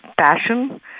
passion